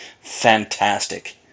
Fantastic